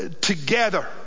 together